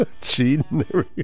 Cheating